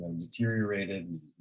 deteriorated